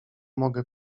mogę